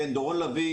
דורון לביא,